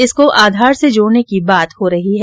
इसको आधार से जोड़ने की बात हो रही है